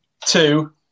Two